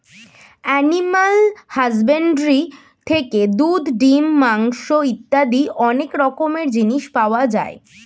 animal husbandry থেকে দুধ, ডিম, মাংস ইত্যাদি অনেক রকমের জিনিস পাওয়া যায়